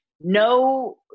No